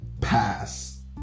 Pass